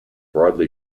broadly